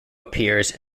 appears